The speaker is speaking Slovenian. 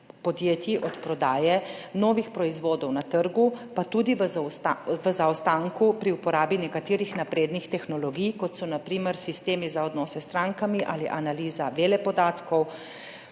podjetij od prodaje novih proizvodov na trgu pa tudi v zaostanku pri uporabi nekaterih naprednih tehnologij, kot so na primer sistemi za odnose s strankami ali analiza velepodatkov.